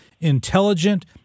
intelligent